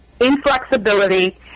inflexibility